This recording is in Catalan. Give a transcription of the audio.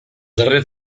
darrer